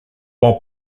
while